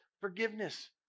forgiveness